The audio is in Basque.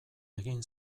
egin